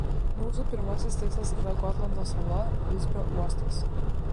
mūsų pirmasis tikslas yra gotlando sala visbio uostas